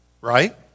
right